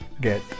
get